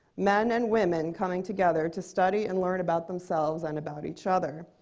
men and women coming together to study and learn about themselves and about each other.